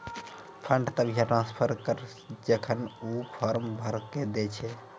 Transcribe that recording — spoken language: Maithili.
फंड तभिये ट्रांसफर करऽ जेखन ऊ फॉर्म भरऽ के दै छै